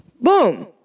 Boom